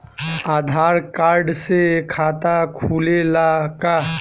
आधार card से खाता खुले ला का?